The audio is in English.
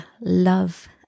love